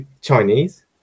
Chinese